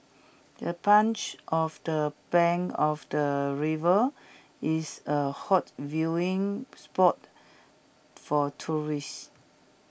the bench of the bank of the river is A hot viewing spot for tourists